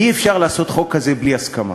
כי אי-אפשר לעשות חוק כזה בלי הסכמה.